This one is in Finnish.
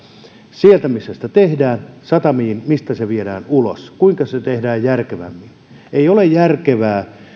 sieltä missä niitä tehdään satamiin mistä ne viedään ulos kuinka se tehdään järkevämmin ei ole järkevää